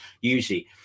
Usually